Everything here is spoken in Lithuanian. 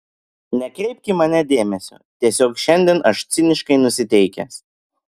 nekreipk į mane dėmesio tiesiog šiandien aš ciniškai nusiteikęs